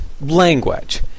Language